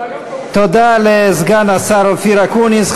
תודה לסגן השר אופיר אקוניס.